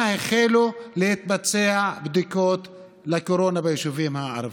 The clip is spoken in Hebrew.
החלו להתבצע בדיקות לקורונה ביישובים הערביים.